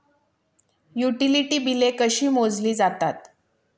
Utility बिले कशी मोजली जातात?